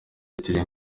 hitler